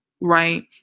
Right